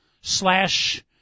Slash